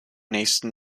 nächsten